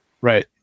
Right